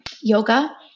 yoga